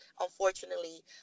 unfortunately